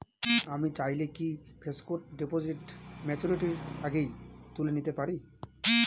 আমি চাইলে কি ফিক্সড ডিপোজিট ম্যাচুরিটির আগেই তুলে নিতে পারি?